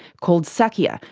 called sacya,